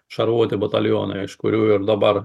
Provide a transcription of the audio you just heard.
šarvuoti batalionai iš kurių ir dabar